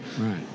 right